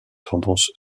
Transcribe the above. tendance